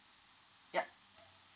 yup